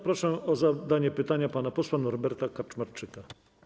Proszę o zadanie pytania pana posła Norberta Kaczmarczyka.